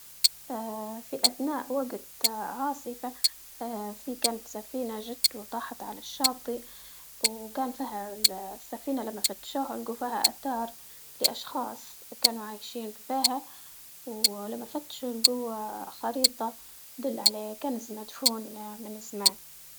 آآ في اثناء وقت عاصفة آآ في قلب سفينة جت وطاحت على الشاطئ، وكان فيها السفينة لما فتشوها لقوا فيها اتار لأشخاص كانوا عايشين فيها، ولما فتشوا القوة خريطة تدل عليه كنف مدفون من.